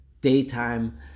daytime